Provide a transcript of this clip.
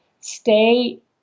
stay